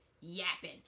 yapping